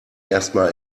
erstmal